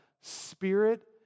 spirit